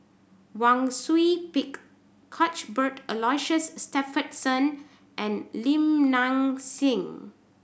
Wang Sui Pick Cuthbert Aloysius Shepherdson and Lim Nang Seng